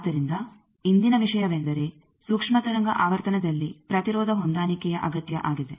ಆದ್ದರಿಂದ ಇಂದಿನ ವಿಷಯವೆಂದರೆ ಸೂಕ್ಷ್ಮ ತರಂಗ ಆವರ್ತನದಲ್ಲಿ ಪ್ರತಿರೋಧ ಹೊಂದಾಣಿಕೆಯ ಅಗತ್ಯ ಆಗಿದೆ